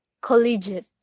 Collegiate